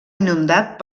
inundat